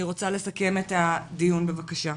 אני רוצה לסכם את הדיון, בבקשה.